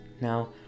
Now